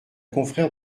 confrère